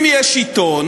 אם יש עיתון